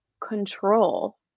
control